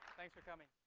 thanks for coming.